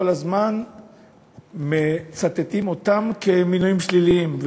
כל הזמן מצטטים אותם כמינויים שליליים.